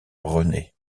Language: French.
rené